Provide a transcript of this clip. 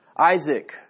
Isaac